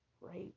right